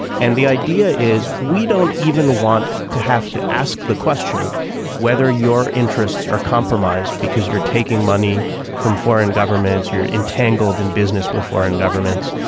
and the idea is we don't even want to have to ask the question whether your interests are compromised because you're taking money from foreign governments you're entangled in business with foreign governments.